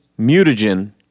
mutagen